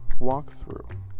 walkthrough